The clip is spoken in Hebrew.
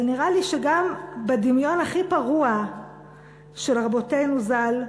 אבל נראה לי שגם בדמיון הכי פרוע של רבותינו ז"ל,